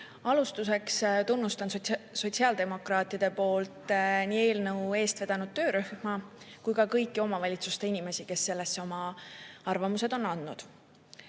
Alustuseks tunnustan sotsiaaldemokraatide nimel nii eelnõu eest vedanud töörühma kui ka kõiki omavalitsuste inimesi, kes selle kohta oma arvamuse on